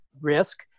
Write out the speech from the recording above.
risk